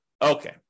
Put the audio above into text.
Okay